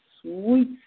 sweet